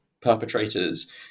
perpetrators